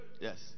Yes